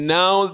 now